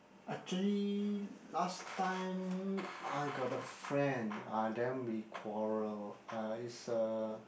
actually last time I got a friend ah then be quarrel ah is a